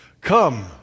Come